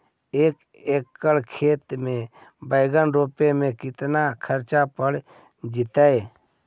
एक एकड़ खेत में बैंगन रोपे में केतना ख़र्चा पड़ जितै?